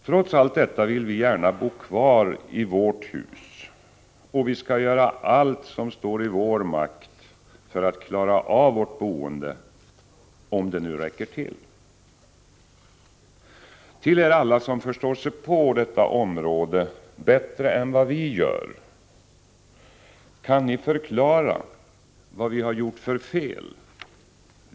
Trots allt detta vill vi gärna bo kvar i ”vårt” hus och vi ska göra allt som står i vår makt för att klara av vårt boende, om det nu räcker till. Till Er alla som förstår sig på detta område bättre än vad vi gör: Kan Ni förklara vad vi har gjort för fel?